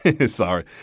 Sorry